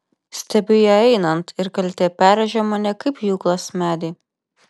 stebiu ją einant ir kaltė perrėžia mane kaip pjūklas medį